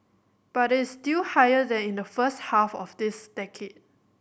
but it's still higher than in the first half of this decade